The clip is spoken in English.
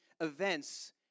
events